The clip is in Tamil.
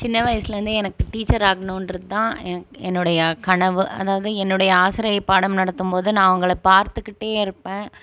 சின்ன வயசுலருந்தே எனக்கு டீச்சர் ஆகணுன்றது தான் எனக் என்னுடைய கனவு அதாவது என்னுடைய ஆசிரியை பாடம் நடத்தும் போது நான் அவங்களை பார்த்துக்கிட்டே இருப்பேன்